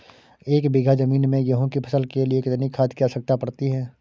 एक बीघा ज़मीन में गेहूँ की फसल के लिए कितनी खाद की आवश्यकता पड़ती है?